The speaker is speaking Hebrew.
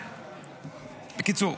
בקיצור,